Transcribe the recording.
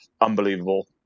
unbelievable